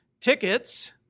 Tickets